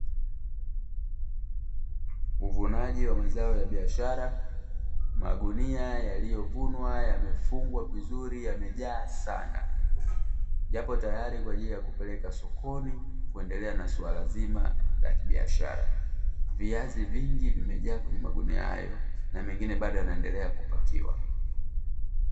Uvunaji wa mazao ya biashara. Magunia yaliyo vunwa yamefungwa vizuri yamejaa sana, yapo tayari kwaajili ya kupeleka sokoni kuendelea na suala zima la kibiasha. Viazi vingi vimejaa kwenye magunia hayo na mengine bado yanaendelea kupakiwa.